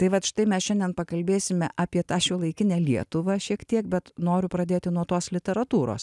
tai vat štai mes šiandien pakalbėsime apie tą šiuolaikinę lietuvą šiek tiek bet noriu pradėti nuo tos literatūros